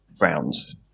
rounds